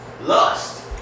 lust